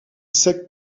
sec